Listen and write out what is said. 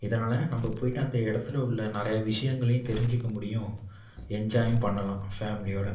இதனால் நம்ப போய்ட்டு அந்த இடத்துல உள்ள நிறையா விஷயங்களையும் தெரிஞ்சுக்க முடியும் என்ஜாயும் பண்ணலாம் ஃபேமிலியோடு